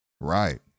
Right